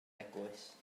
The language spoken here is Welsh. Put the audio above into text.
eglwys